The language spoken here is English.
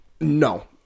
No